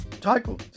title